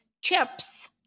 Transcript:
chips